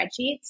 spreadsheets